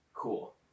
cool